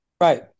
Right